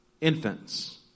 infants